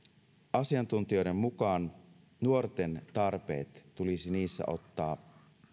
asiantuntijoiden mukaan nuorten tarpeet tulisi niissä ottaa